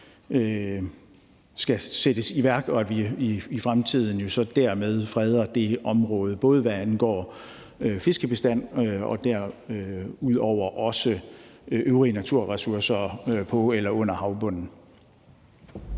skal sættes i værk, og at vi så dermed i fremtiden freder det område, både hvad angår fiskebestanden og også de øvrige naturressourcer på eller under havbunden.